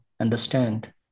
understand